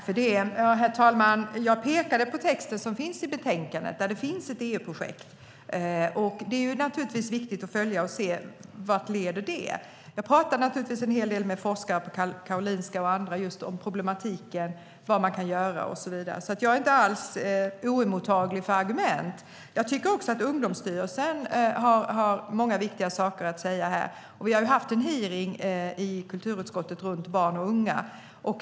Herr talman! Jag pekade på texten som finns i betänkandet. Det finns ett EU-projekt. Det är naturligtvis viktigt att följa det och se vart det leder. Jag pratar naturligtvis en hel del med forskare på Karolinska och andra om denna problematik, vad man kan göra och så vidare. Jag är inte alls oemottaglig för argument. Jag tycker också att Ungdomsstyrelsen har många viktiga saker att säga. Vi har haft en hearing i kulturutskottet om barn och unga.